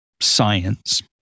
science